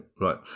right